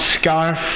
scarf